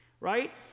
Right